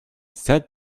said